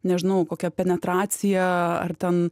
nežinojau kokia penetracija ar ten